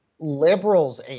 Liberals